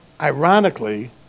ironically